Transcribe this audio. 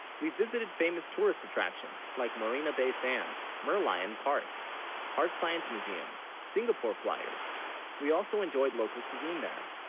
we visited famous tourist attractions, like, marina, bay sands merlion park art science museum singapore flyers we also enjoyed local cuisine there